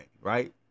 right